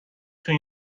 توی